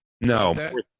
no